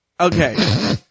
Okay